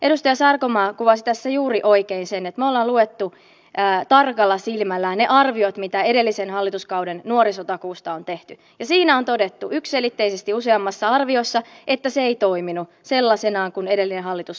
edustaja sarkomaa kuvasi tässä juuri oikein sen että me olemme lukeneet tarkalla silmällä ne arviot mitä edellisen hallituskauden nuorisotakuusta on tehty ja siinä on todettu yksiselitteisesti useammassa arviossa että se ei toiminut sellaisena kuin edellinen hallitus sitä toteutti